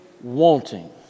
wanting